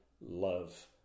love